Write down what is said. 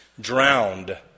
Drowned